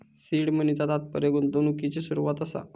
seed मनीचा तात्पर्य गुंतवणुकिची सुरवात असा